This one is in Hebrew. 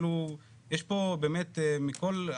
יש פה באמת מכל,